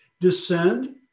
descend